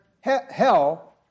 hell